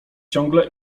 ciągle